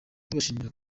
tubashimira